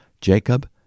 Jacob